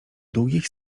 długich